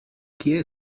kje